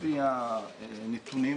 לפי הנתונים,